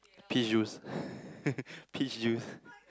peach juice peach juice